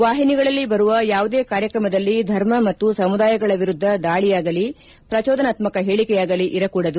ವಾಹಿನಿಗಳಲ್ಲಿ ಬರುವ ಯಾವುದೇ ಕಾರ್ಯಕ್ರಮದಲ್ಲಿ ಧರ್ಮ ಮತ್ತು ಸಮುದಾಯಗಳ ವಿರುದ್ಲ ದಾಳಿಯಾಗಲಿ ಪ್ರಚೋದನಾತಕ ಹೇಳಿಕೆಯಾಗಲಿ ಇರಕೂಡದು